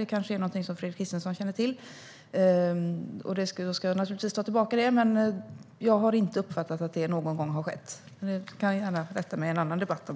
Det kanske är någonting som Fredrik Christensson känner till, och i så fall ska jag naturligtvis ta tillbaka det. Men jag har inte uppfattat att det någon gång har skett. Annars kan Fredrik Christensson gärna rätta mig i en annan debatt.